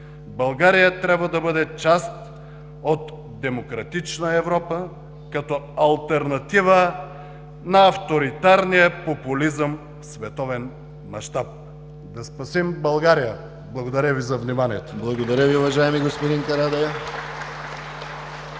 България трябва да бъде част от демократична Европа като алтернатива на авторитарния популизъм в световен мащаб. Да спасим България! Благодаря Ви за вниманието. (Ръкопляскания от ДПС.)